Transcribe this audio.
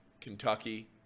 Kentucky